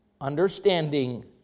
Understanding